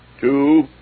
Two